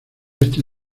este